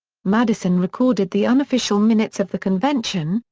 madison recorded the unofficial minutes of the convention,